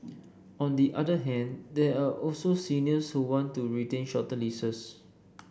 on the other hand there are also seniors who want to retain shorter leases